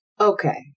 Okay